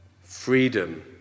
Freedom